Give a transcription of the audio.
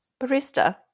Barista